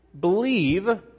believe